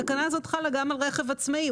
התקנה הזאת חלה גם על רכב עצמאי,